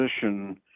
Position